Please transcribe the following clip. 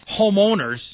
homeowners